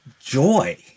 joy